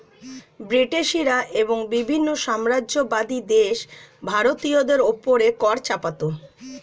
ব্রিটিশরা এবং বিভিন্ন সাম্রাজ্যবাদী দেশ ভারতীয়দের উপর কর চাপাতো